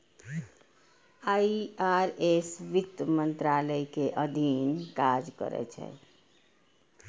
IRS वित्त मंत्रालय के अधीन काज करै छै